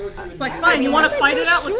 it's like, fine, you want to fight it out? let's